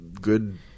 good